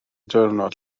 diwrnod